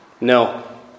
No